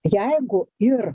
jeigu ir